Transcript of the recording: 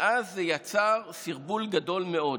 ואז זה יצר סרבול גדול מאוד.